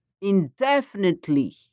indefinitely